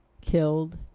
Killed